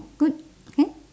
good can